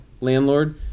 landlord